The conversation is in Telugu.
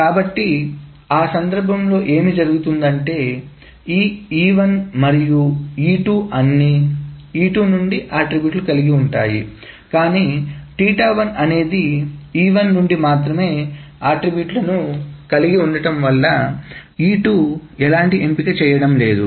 కాబట్టి ఆ సందర్భంలో ఏమి జరుగుతుందంటే ఈ E1 మరియు E2 అన్ని E2 నుండి అట్రిబ్యూట్లను కలిగి ఉంటాయి కానీ అనేది E1 నుండి మాత్రమే అట్రిబ్యూట్లను కలిగి ఉండటం వలన E2 ఎలాంటి ఎంపికచేయడం లేదు